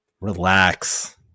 relax